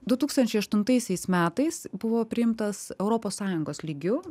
du tūkstančiai aštuntaisiais metais buvo priimtas europos sąjungos lygiu